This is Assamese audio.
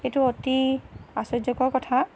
এইটো অতি আচৰ্যকৰ কথা